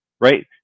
right